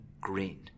green